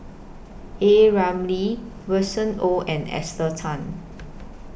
A Ramli Winston Oh and Esther Tan